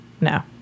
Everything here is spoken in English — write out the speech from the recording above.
No